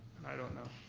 i don't know.